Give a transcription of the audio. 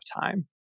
time